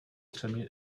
třemi